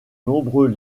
nombreux